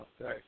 Okay